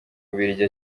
bubiligi